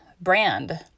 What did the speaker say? brand